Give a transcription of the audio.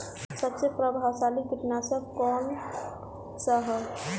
सबसे प्रभावशाली कीटनाशक कउन सा ह?